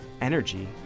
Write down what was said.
energy